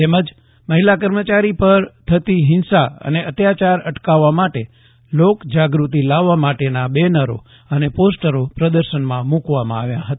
તેમજ મહિલાકર્મચારી પર થતી હિંસા અને અત્યાચાર અટકાવવા માટે લોકજાગઊતિ લાવવા માટે બેનરો અને પોસ્ટરો પ્રદર્શનમાં મૂકવામાં આવ્યા હતા